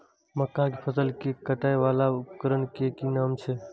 मक्का के फसल कै काटय वाला उपकरण के कि नाम छै?